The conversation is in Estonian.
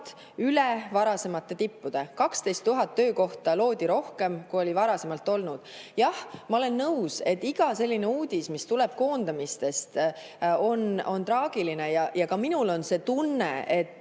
üle varasemate tippude. 12 000 töökohta loodi rohkem, kui varasemalt oli! Jah, ma olen nõus, et iga uudis, mis tuleb koondamise kohta, on traagiline. Ja ka minul on see tunne, et